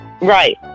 Right